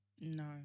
No